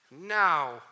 now